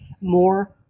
more